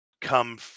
come